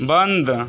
बंद